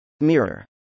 Mirror